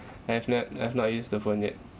have nev~ have not used the phone yet